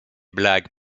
blagues